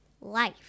life